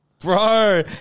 Bro